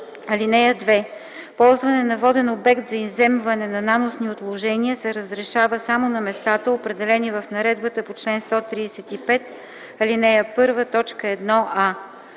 (2) Ползване на воден обект за изземване на наносни отложения се разрешава само на местата, определени в наредбата по чл. 135, ал. 1, т. 1а.